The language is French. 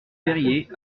périer